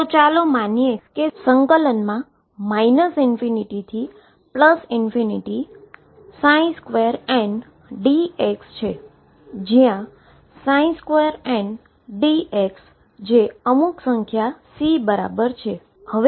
તો ચાલો માની એ કે ∞∞n2dx છે જ્યા n2dx જે અમુક સંખ્યા C બરાબર છે